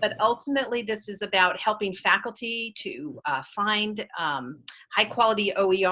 but ultimately this is about helping faculty to find high-quality oer yeah